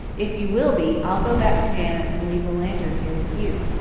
if you will be, i'll go back to janet and leave the lantern here with you.